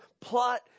plot